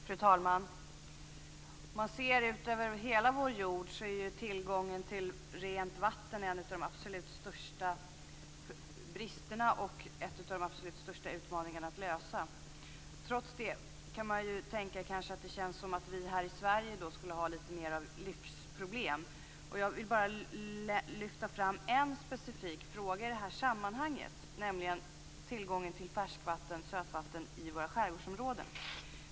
Fru talman! Om man ser ut över hela vår jord är tillgången till rent vatten en av de absolut största bristerna och en av de största utmaningarna att ta itu med. Trots det kan det kännas som att det för oss här i Sverige mera är ett lyxproblem. Jag vill bara lyfta fram en specifik fråga i det här sammanhanget, nämligen tillgången till färskvatten i våra skärgårdsområden.